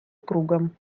кругом